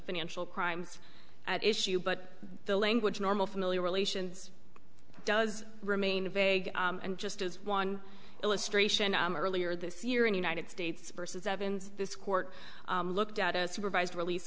financial crimes at issue but the language normal familiar relations does remain vague and just as one illustration earlier this year in united states versus evans this court looked at a supervised release